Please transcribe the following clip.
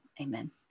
Amen